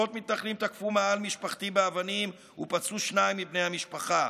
עשרות מתנחלים תקפו מאהל משפחתי באבנים ופצעו שניים מבני המשפחה,